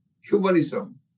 humanism